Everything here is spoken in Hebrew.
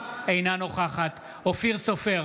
אינה נוכחת אופיר סופר,